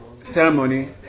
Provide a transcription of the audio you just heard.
ceremony